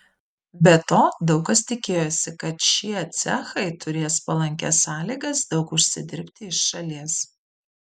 be to daug kas tikėjosi kad šie cechai turės palankias sąlygas daug užsidirbti iš šalies